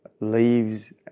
leaves